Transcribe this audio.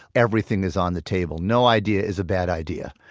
everything is on the table. no idea is a bad idea.